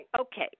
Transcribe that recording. Okay